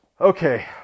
okay